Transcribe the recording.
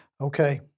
Okay